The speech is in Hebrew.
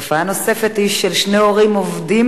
תופעה נוספת היא של שני הורים עובדים